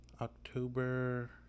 October